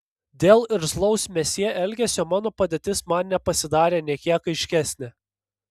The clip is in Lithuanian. dėl irzlaus mesjė elgesio mano padėtis man nepasidarė nė kiek aiškesnė